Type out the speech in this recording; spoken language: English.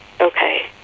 okay